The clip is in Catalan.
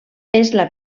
primera